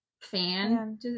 fan